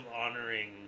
honoring